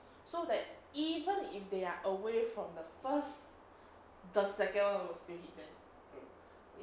so that even if they are away from the first the second [one] will still hit them